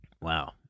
wow